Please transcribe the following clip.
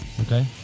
Okay